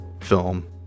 film